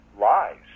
lies